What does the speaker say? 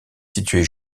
situé